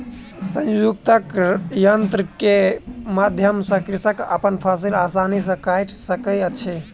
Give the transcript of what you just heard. संयुक्तक यन्त्र के माध्यम सॅ कृषक अपन फसिल आसानी सॅ काइट सकै छै